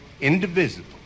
indivisible